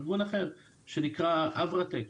ארגון אחר שנקרא אברטק,